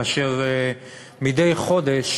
ומדי חודש